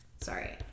Sorry